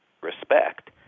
respect